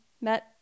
met